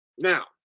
Now